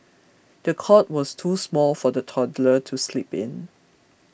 the cot was too small for the toddler to sleep in